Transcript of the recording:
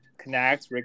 connect